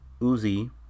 Uzi